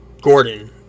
Gordon